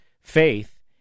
faith